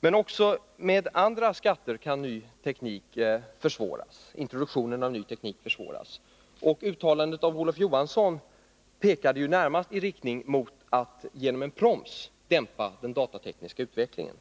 men introduktionen av ny teknik kan alltså försvåras också med andra skatter. Uttalandet av Olof Johansson pekade närmast i riktning mot att man genom en proms skulle dämpa den datatekniska utvecklingen.